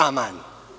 Aman.